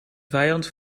vijand